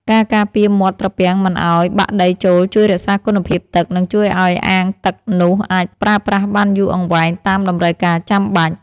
ការការពារមាត់ត្រពាំងមិនឱ្យបាក់ដីចូលជួយរក្សាគុណភាពទឹក និងជួយឱ្យអាងទឹកនោះអាចប្រើប្រាស់បានយូរអង្វែងតាមតម្រូវការចាំបាច់។